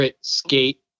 skate